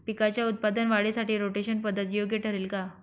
पिकाच्या उत्पादन वाढीसाठी रोटेशन पद्धत योग्य ठरेल का?